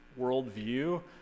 worldview